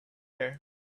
air